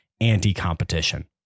anti-competition